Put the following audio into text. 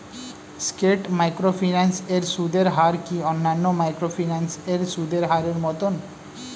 স্কেট microfinance এর সুদের হার কি অন্যান্য মাইক্রোফিন্যান্স এর সুদের হারের মতন?